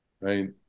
Right